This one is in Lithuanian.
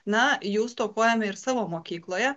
na jų stokojame ir savo mokykloje